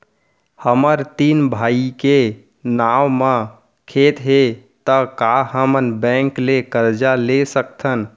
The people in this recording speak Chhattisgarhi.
हमर तीन भाई के नाव म खेत हे त का हमन बैंक ले करजा ले सकथन?